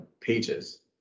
pages